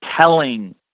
telling